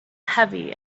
heavy